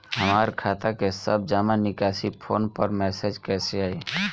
हमार खाता के सब जमा निकासी फोन पर मैसेज कैसे आई?